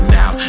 now